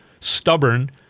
stubborn